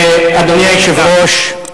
אדוני היושב-ראש,